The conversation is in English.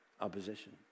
opposition